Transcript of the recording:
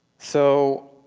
so,